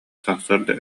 сарсыарда